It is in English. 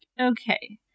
Okay